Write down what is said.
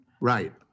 Right